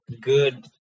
good